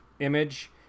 image